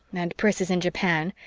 and pris is in japan,